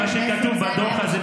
ומה שכתוב בדוח הזה,